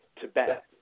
Tibet